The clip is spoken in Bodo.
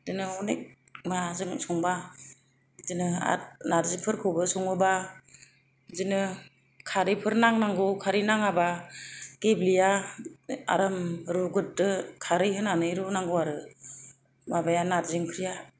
बिदिनो गोबां माबाजों संब्ला बिदिनो आरो नारजिफोरखौबो सङोब्ला बिदिनो खारैफोर नांनांगौ खारैफोर नाङाबा गेब्लेया आराम रुग्रोदो खारै होनानै रुनांगौ आरो माबाया नारजि ओंख्रिया